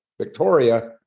Victoria